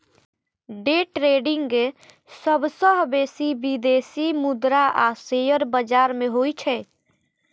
day trading सबसं बेसी विदेशी मुद्रा आ शेयर बाजार मे होइ छै